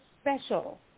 special